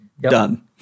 Done